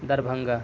Darbhanga